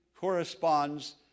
corresponds